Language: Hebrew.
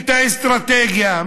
את האסטרטגיה,